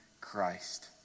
Christ